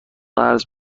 قرض